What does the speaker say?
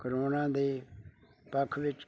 corona ਦੇ ਪੱਖ ਵਿੱਚ